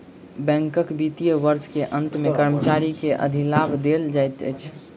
बैंकक वित्तीय वर्ष के अंत मे कर्मचारी के अधिलाभ देल जाइत अछि